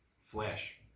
Flash